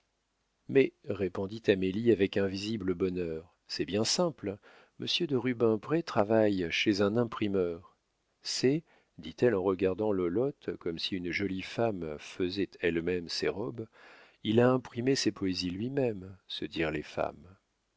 mais répondit amélie avec un visible bonheur c'est bien simple monsieur de rubempré travaille chez un imprimeur c'est dit-elle en regardant lolotte comme si une jolie femme faisait elle-même ses robes il a imprimé ses poésies lui-même se dirent les femmes